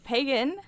Pagan